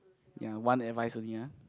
ya one advice only ah